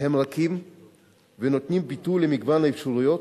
הם רכים ונותנים ביטוי למגוון האפשרויות.